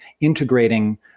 integrating